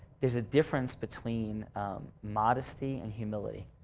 there's a difference between modesty and humility,